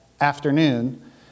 afternoon